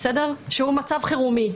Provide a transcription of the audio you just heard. שהוא מצב חירומי,